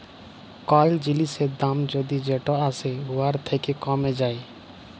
call জিলিসের দাম যদি যেট আসে উয়ার থ্যাকে কমে যায়